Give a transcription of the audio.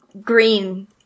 Green